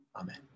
Amen